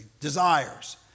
desires